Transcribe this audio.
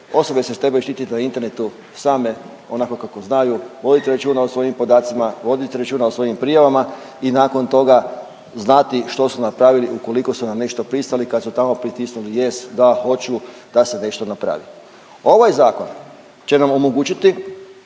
Osobe se trebaju štititi na internetu same onako kako znaju, voditi računa o svojim podacima, voditi računa o svojim prijavama i nakon toga znati što su napravili ukoliko su na nešto pristali kad su tamo pritisnuli yes, da, hoću da se nešto napravi. Ovaj zakon će nam omogućiti